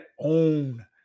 own